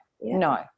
No